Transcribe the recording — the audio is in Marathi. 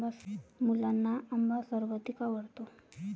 मुलांना आंबा सर्वाधिक आवडतो